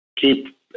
keep